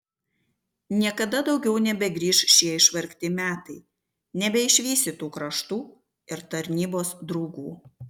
niekada daugiau nebegrįš šie išvargti metai nebeišvysi tų kraštų ir tarnybos draugų